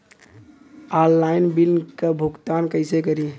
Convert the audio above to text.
Online bill क भुगतान कईसे करी?